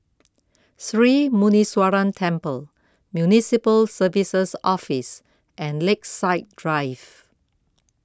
Sri Muneeswaran Temple Municipal Services Office and Lakeside Drive